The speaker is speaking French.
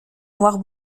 noirs